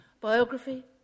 Biography